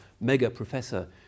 mega-professor